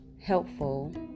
helpful